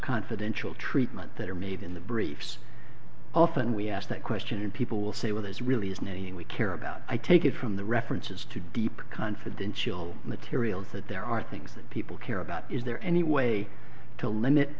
confidential treatment that are made in the briefs often we ask that question and people will say well this really isn't anything we care about i take it from the references to deep confidential material that there are things that people care about is there any way to limit